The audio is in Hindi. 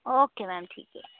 ओके मैम ठीक है